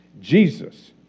Jesus